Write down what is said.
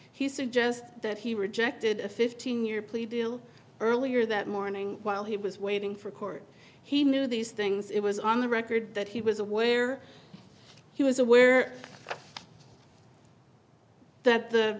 he suggests that he rejected a fifteen year plea deal earlier that morning while he was waiting for court he knew these things it was on the record that he was aware he was aware that the